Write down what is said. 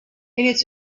its